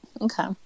Okay